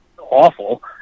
awful